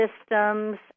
systems